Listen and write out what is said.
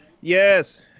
Yes